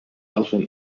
alvin